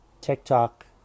TikTok